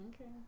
Okay